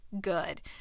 Good